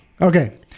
Okay